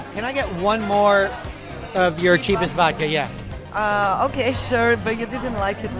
can i get one more of your cheapest vodka? yeah ah ok. sure. but you didn't like